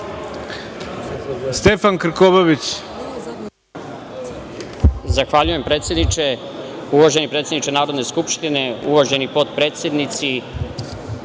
Stefan Krkobabić.